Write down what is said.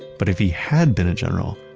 but if he had been a general,